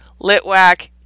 Litwack